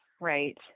right